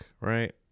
Right